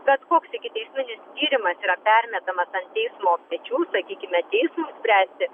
bet koks ikiteisminis tyrimas yra permetamas ant teismo pečių sakykime teismui spręsti